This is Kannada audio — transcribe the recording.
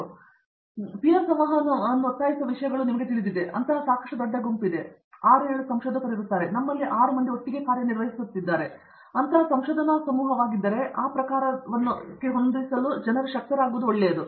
ಮತ್ತು ಪೀರ್ ಸಂವಹನವನ್ನು ಒತ್ತಾಯಿಸುವ ವಿಷಯಗಳಲ್ಲಿ ನಿಮಗೆ ತಿಳಿದಿದೆ ಇದು ಸಾಕಷ್ಟು ದೊಡ್ಡ ಗುಂಪು 6 ಸಂಶೋಧಕರಿದ್ದಾರೆ ನಮ್ಮಲ್ಲಿ 6 ಮಂದಿ ಒಟ್ಟಿಗೆ ಕಾರ್ಯನಿರ್ವಹಿಸುತ್ತಿದ್ದಾರೆ ಅದು ಅಂತಹ ಸಂಶೋಧನಾ ಸಮೂಹವಾಗಿದ್ದರೆ ಆ ಪ್ರಕಾರವನ್ನು ಹೊಂದಿಸಲು ಜನರಿಗೆ ಶಕ್ತರಾಗಿದ್ದರೆ ಒಳ್ಳೆಯದು